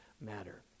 matter